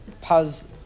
paz